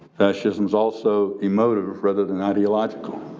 fascism is also emotive rather than ideological.